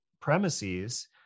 premises